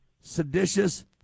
seditious